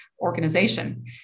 organization